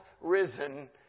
risen